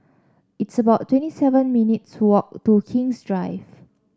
it's about twenty seven minutes' walk to King's Drive